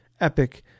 Epic